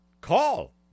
call